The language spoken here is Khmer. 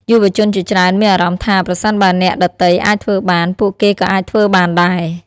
យុវជនជាច្រើនមានអារម្មណ៍ថា ប្រសិនបើអ្នកដទៃអាចធ្វើបាន ពួកគេក៏អាចធ្វើបានដែរ។